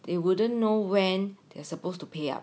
they wouldn't know when they're supposed to pay up